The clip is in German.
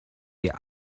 wir